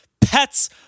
Pets